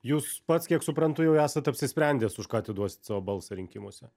jūs pats kiek suprantu jau esate apsisprendęs už ką atiduosit savo balsą rinkimuose